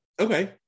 Okay